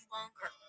Longer